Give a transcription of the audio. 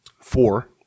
Four